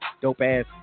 dope-ass